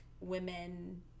women